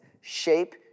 shape